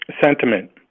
Sentiment